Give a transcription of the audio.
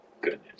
goodness